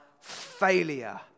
failure